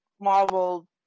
Marvel